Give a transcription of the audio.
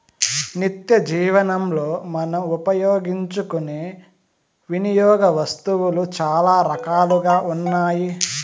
నిత్యజీవనంలో మనం ఉపయోగించుకునే వినియోగ వస్తువులు చాలా రకాలుగా ఉన్నాయి